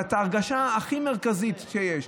ההרגשה הכי מרכזית שיש,